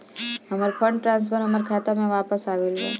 हमर fund transfer हमर खाता में वापस आ गईल बा